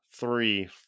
three